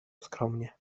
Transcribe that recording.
skromnie